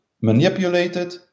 manipulated